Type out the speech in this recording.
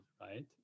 right